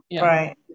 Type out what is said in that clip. Right